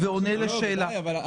-- ועונה לשאלה.